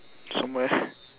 somewhere